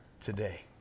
today